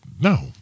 No